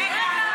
רגע,